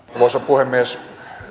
arvoisa puhemies